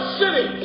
city